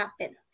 happen